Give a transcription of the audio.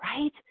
right